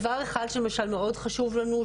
דבר אחד למשל שמאוד חשוב לנו,